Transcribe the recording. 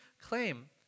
claim